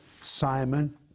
Simon